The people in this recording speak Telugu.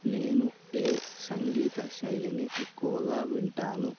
నేను ఏ సంగీత శైలిని ఎక్కువగా వింటాను